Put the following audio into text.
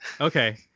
okay